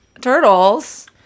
turtles